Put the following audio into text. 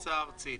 המכסה הארצית).